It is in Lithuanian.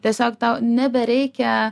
tiesiog tau nebereikia